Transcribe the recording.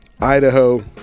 Idaho